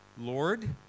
Lord